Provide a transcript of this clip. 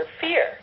fear